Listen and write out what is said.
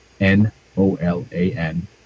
N-O-L-A-N